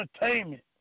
entertainment